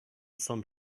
some